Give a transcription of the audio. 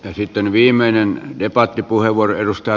ja sitten viimeinen debatti puuhevonen edustaa